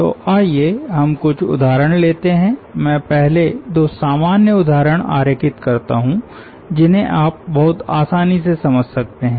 तो आइए हम कुछ उदाहरण लेते हैं मैं पहले दो सामान्य उदाहरण आरेखित करता हुजिन्हें आप बहुत आसानी से समझ सकते है